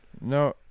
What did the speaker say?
No